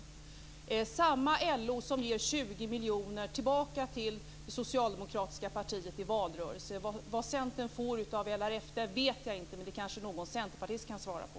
Det är samma LO som ger 20 miljoner tillbaka till det socialdemokratiska partiet i valrörelsen. Vad Centern får av LRF vet jag inte, men det kanske någon centerpartist kan svara på.